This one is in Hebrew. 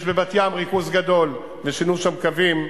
יש בבת-ים ריכוז גדול ושינו שם קווים,